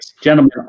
Gentlemen